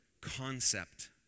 concept